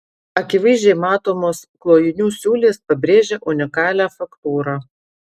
akivaizdžiai matomos klojinių siūlės pabrėžia unikalią faktūrą